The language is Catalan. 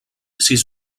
sis